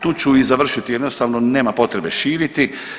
Tu ću i završiti, jednostavno, nema potrebe širiti.